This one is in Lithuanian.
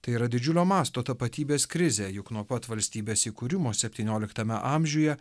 tai yra didžiulio masto tapatybės krizė juk nuo pat valstybės įkūrimo septynioliktame amžiuje